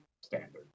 standards